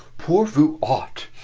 pour vous autres.